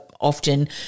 often